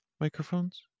microphones